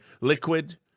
Liquid